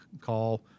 call